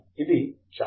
ఇది చాలా సులభం